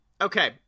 Okay